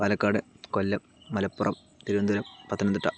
Palakkad Kollam Malappuram Thiruvananthapuram Pathanamthitta